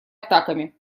атаками